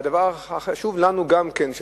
והדבר החשוב גם כן,